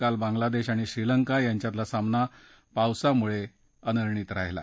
काल बांगला देश आणि श्रीलंका यांच्यातला सामना पावसामुळे अनिर्णित राहिला